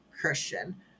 Christian